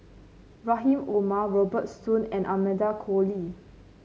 Rahim Omar Robert Soon and Amanda Koe Lee